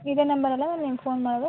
ಇದೆ ನಂಬರ್ ಅಲ್ಲ ನಿಮ್ಗೆ ಫೋನ್ ಮಾಡೋದು